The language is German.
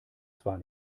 zwar